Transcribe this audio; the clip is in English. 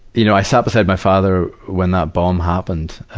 you know, i sat beside my father when that bomb happened.